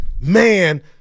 man